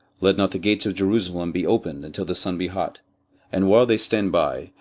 let not the gates of jerusalem be opened until the sun be hot and while they stand by,